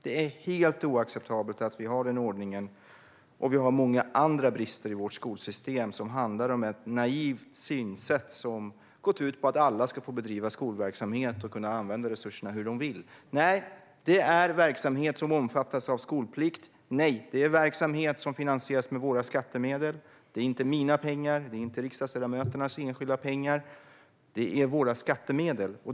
Det är helt oacceptabelt med den ordningen, och det finns många andra brister i skolsystemet som handlar om ett naivt synsätt som har gått ut på att alla ska få bedriva skolverksamhet och få använda resurserna hur de vill. Nej, det är verksamhet som omfattas av skolplikt. Nej, det är verksamhet som finansieras med våra skattemedel. Det är inte mina eller riksdagsledamöternas enskilda pengar, utan det är våra skattemedel.